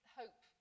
hope